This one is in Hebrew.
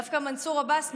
דווקא מנסור עבאס,